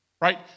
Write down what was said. right